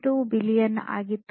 2 million ಆಗಿತ್ತು